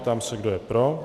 Ptám se, kdo je pro.